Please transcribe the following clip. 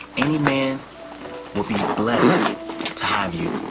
any man would be blessed to have you